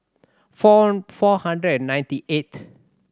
four four hundred and ninety eight